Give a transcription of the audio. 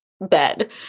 bed